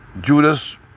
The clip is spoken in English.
Judas